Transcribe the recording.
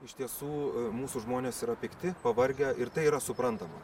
iš tiesų mūsų žmonės yra pikti pavargę ir tai yra suprantama